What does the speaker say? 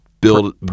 Build